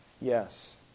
yes